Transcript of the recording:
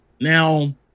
Now